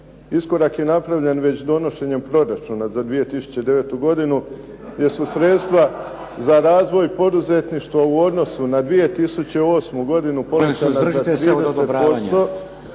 Iskorak je napravljen već donošenjem proračuna za 2009. godinu gdje su sredstva za razvoj i poduzetništvo u odnosu na 2008. godinu …